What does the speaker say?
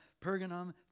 Pergamum